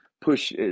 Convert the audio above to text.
push